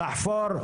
לחפור.